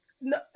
No